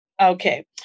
Okay